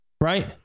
Right